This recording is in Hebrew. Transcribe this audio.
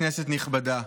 כנסת נכבדה,